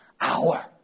hour